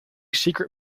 secret